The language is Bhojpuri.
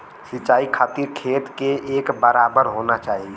सिंचाई खातिर खेत के एक बराबर होना चाही